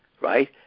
right